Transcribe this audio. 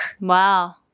Wow